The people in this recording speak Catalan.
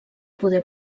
poder